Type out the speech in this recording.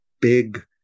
big